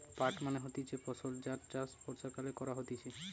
পাট মানে হতিছে ফসল যার চাষ বর্ষাকালে করা হতিছে